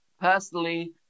personally